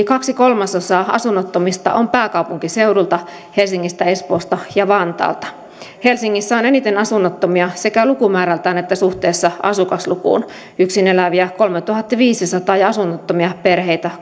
kaksi kolmasosaa asunnottomista on pääkaupunkiseudulta helsingistä espoosta ja vantaalta helsingissä on eniten asunnottomia sekä lukumäärältään että suhteessa asukaslukuun yksin eläviä kolmetuhattaviisisataa ja asunnottomia perheitä